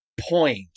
point